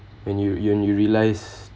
when you when you realise